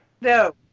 No